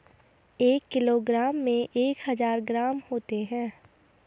एक किलोग्राम में एक हजार ग्राम होते हैं